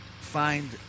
find